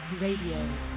Radio